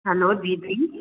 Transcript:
हलो दीदी